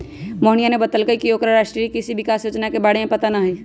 मोहिनीया ने बतल कई की ओकरा राष्ट्रीय कृषि विकास योजना के बारे में पता ना हई